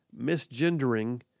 misgendering